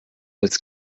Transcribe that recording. als